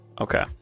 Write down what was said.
Okay